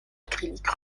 acrylique